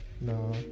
No